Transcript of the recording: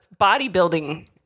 bodybuilding